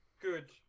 good